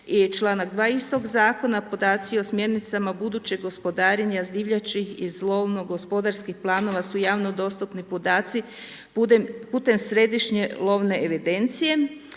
članak 2. istog zakona: podaci o smjernicama budućeg gospodarenje s divljači iz lovno-gospodarskih planova su javno dostupni podaci putem središnje lovne agencije